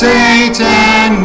Satan